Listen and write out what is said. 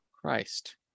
Christ